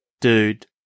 dude